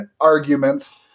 arguments